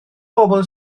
bobl